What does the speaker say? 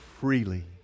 freely